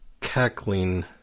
cackling